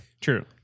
True